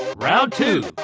round two.